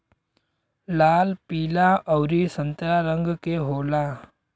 लाल पीला अउरी संतरा रंग के होला